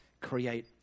create